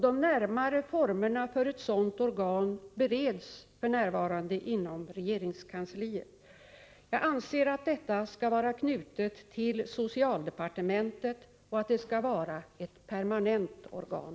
De närmare formerna för ett sådant organ bereds f. n. inom regeringskansliet. Jag anser att detta skall vara knutet till socialdepartementet och att det skall vara ett permanent organ.